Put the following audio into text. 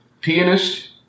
pianist